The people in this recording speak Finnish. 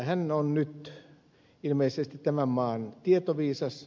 hän on nyt ilmeisesti tämän maan tietoviisas